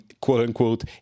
quote-unquote